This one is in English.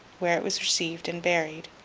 where it was received and buried.